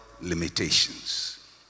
limitations